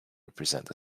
represent